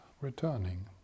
returning